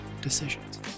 decisions